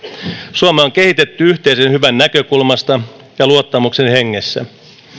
suomea on kehitetty yhteisen hyvän näkökulmasta ja luottamuksen hengessä